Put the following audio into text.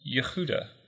Yehuda